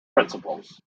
principals